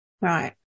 Right